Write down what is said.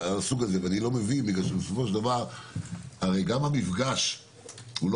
ואני לא מבין כי בסופו של דבר גם המפגש הוא לא